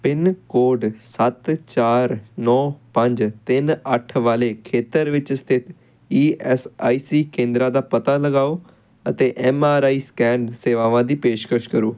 pin code ਸੱਤ ਚਾਰ ਨੌਂ ਪੰਜ ਤਿੰਨ ਅੱਠ ਵਾਲੇ ਖੇਤਰ ਵਿੱਚ ਸਥਿਤ ਈ ਐੱਸ ਆਈ ਸੀ ਕੇਂਦਰਾਂ ਦਾ ਪਤਾ ਲਗਾਓ ਅਤੇ ਐੱਮ ਆਰ ਆਈ ਸਕੈਨ ਸੇਵਾਵਾਂ ਦੀ ਪੇਸ਼ਕਸ਼ ਕਰੋ